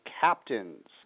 captains